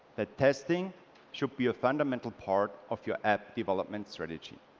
that testing should be a fundamental part of your app development strategy.